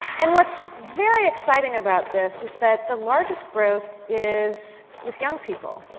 and what's very exciting about this is that the largest growth is with young people,